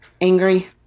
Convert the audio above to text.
angry